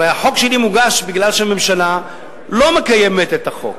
הרי החוק שלי מוגש משום שהממשלה לא מקיימת את החוק.